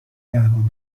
دعوام